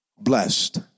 blessed